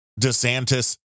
DeSantis